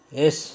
yes